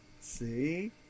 see